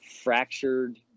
fractured